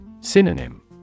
Synonym